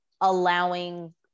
allowing